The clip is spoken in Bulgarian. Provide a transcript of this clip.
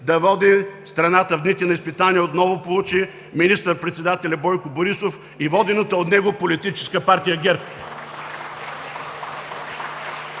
да води страната в дните на изпитание отново получи министър-председателят Бойко Борисов и водената от него Политическа партия ГЕРБ.